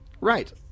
Right